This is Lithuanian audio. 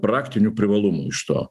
praktinių privalumų iš to